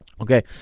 okay